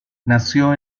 nació